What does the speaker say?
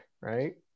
right